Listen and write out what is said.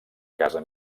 casa